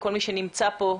לכל מי שנמצא כאן,